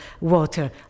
water